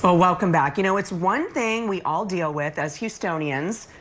ah welcome back. you know it's one thing we all deal with as houstonians,